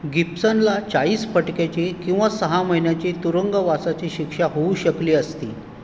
गिब्सनला चाळीस फटक्याची किंवा सहा महिन्याची तुरुंगवासाची शिक्षा होऊ शकली असती